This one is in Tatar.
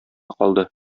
калды